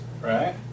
Right